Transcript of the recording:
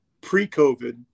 pre-COVID